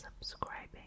subscribing